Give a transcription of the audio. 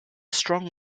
strong